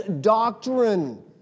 doctrine